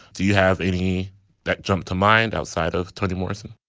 do you have any that jump to mind outside of toni morrison